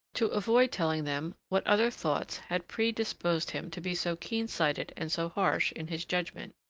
to avoid telling them what other thoughts had predisposed him to be so keen-sighted and so harsh in his judgment.